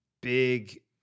big